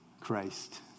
Christ